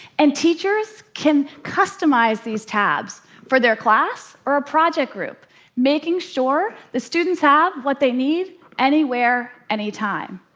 and teachers can customize these tabs for their class or a project group making sure the students have what they need anywhere, anytime.